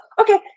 okay